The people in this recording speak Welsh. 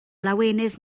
lawenydd